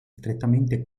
strettamente